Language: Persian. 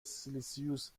سلسیوس